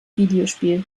videospiel